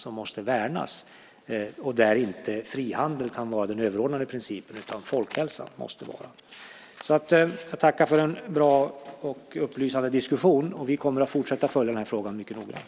De måste värnas, och där kan inte frihandel vara den överordnade principen utan det måste folkhälsan vara. Jag tackar för en bra och upplysande diskussion. Vi kommer att fortsätta att följa den frågan mycket noggrant.